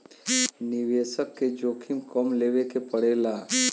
निवेसक के जोखिम कम लेवे के पड़ेला